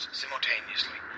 simultaneously